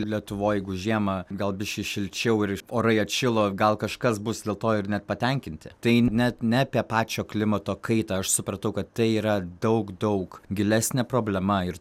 lietuvoj jeigu žiemą gal biškį šilčiau ir orai atšilo gal kažkas bus dėl to ir net patenkinti tai net ne apie pačio klimato kaitą aš supratau kad tai yra daug daug gilesnė problema ir